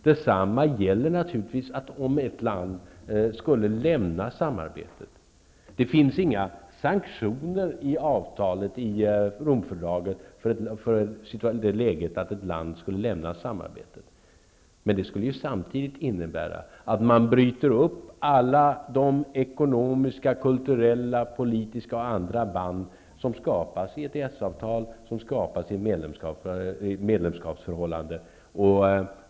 Detsamma gäller naturligtivs om ett land skulle lämna samarbetet. Det finns inga sanktioner i Romfördraget för ett sådant läge. Men det skulle samtidigt innebära att man bryter upp alla ekonomiska, kulturella, politiska och andra band, som skapas i ett EES-avtal och i ett medlemskapsförhållande.